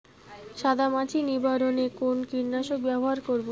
সাদা মাছি নিবারণ এ কোন কীটনাশক ব্যবহার করব?